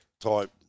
type